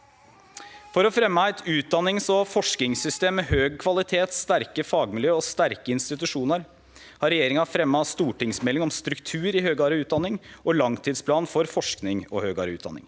For å fremme eit utdannings- og forskingssystem med høg kvalitet, sterke fagmiljø og sterke institusjonar har regjeringa fremma ei stortingsmelding om struktur i høgare utdanning og ein langtidsplan for forsking og høgare utdanning.